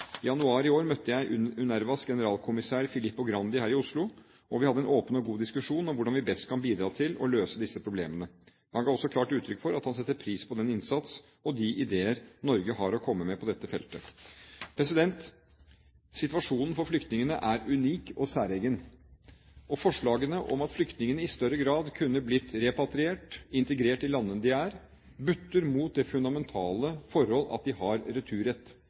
I januar i år møtte jeg UNRWAs generalkommissær, Filippo Grandi, her i Oslo, og vi hadde en åpen og god diskusjon om hvordan vi best kan bidra til å løse disse problemene. Han ga også klart uttrykk for at han setter pris på den innsats og de ideer Norge har å komme med på dette feltet. Situasjonen for flyktningene er unik og særegen. Forslagene om at flyktningene i større grad kunne blitt repatriert, integrert i de landene de er, butter mot det fundamentale forhold at de har returrett